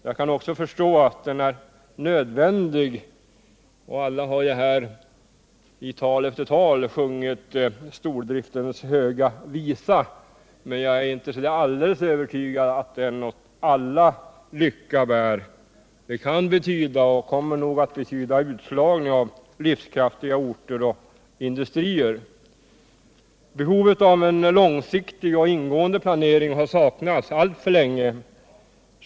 Jag kan också förstå att den är nödvändig. Alla har här i tal efter tal sjungit stordriftens höga visa, men jag är inte alldeles övertygad om att den åt alla lycka bär. Det kan betyda och kommer nog att betyda utslagning av livskraftiga orter och industrier. Behovet av en långsiktig och ingående planering har saknats alltför länge.